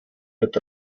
mit